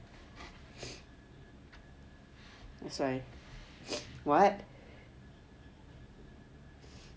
that's why [what]